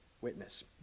witness